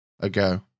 ago